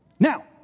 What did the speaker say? Now